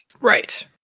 Right